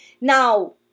Now